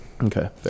Okay